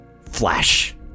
Flash